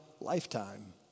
lifetime